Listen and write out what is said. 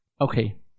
Okay